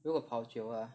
如果跑久 lah